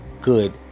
good